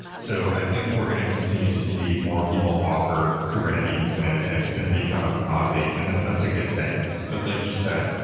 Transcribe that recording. so i think we're going to continue to see more people offer kubernetes and it and going to become a commodity, and that's a good thing but like you said,